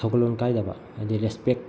ꯊꯧꯒꯜꯂꯣꯟ ꯀꯥꯏꯗꯕ ꯍꯥꯏꯗꯤ ꯔꯦꯁꯄꯦꯛ